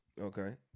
Okay